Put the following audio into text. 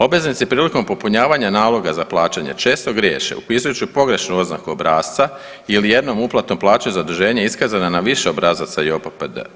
Obveznici prilikom popunjavanja naloga za plaćanje često griješe upisujući pogrešnu oznaku obrasca ili jednom uplatom plaće zaduženja iskazana na više obrazaca za JOPPD.